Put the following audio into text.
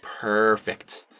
Perfect